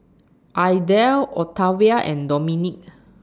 Idell Octavia and Dominik